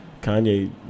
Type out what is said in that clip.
Kanye